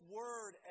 word